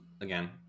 again